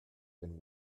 been